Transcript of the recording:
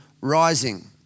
rising